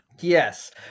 Yes